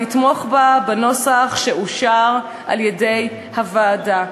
לתמוך בנוסח שאושר על-ידי הוועדה.